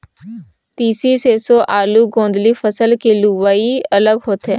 तिसी, सेरसों, आलू, गोदंली फसल के लुवई अलग होथे